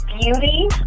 Beauty